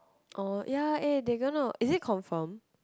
oh ya eh they gonna is it confirmed